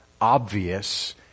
obvious